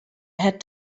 had